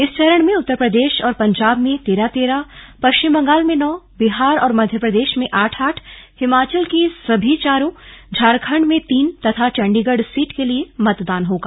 इस चरण में उत्तर प्रदेश और पंजाब में तेरह तेरह पश्चिम बंगाल में नौ बिहार और मध्य प्रदेश में आठ आठ हिमाचल की सभी चारों झारखंड में तीन तथा चंडीगढ़ सीट के लिये मतदान होगा